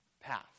path